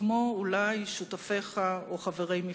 כמו, אולי, שותפיך או חברי מפלגתך.